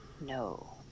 No